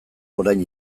orain